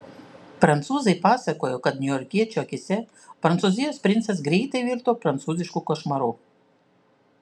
prancūzai pasakojo kad niujorkiečių akyse prancūzijos princas greitai virto prancūzišku košmaru